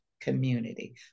community